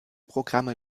programme